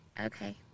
okay